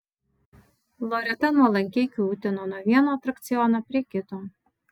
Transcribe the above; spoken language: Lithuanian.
loreta nuolankiai kiūtino nuo vieno atrakciono prie kito